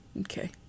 Okay